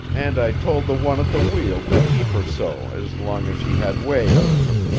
and i told the one at the wheel to keep her so as long as she had way on her,